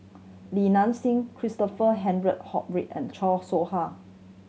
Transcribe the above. Li Nanxing Christopher Henry and Chan Soh Ha